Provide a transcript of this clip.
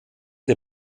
der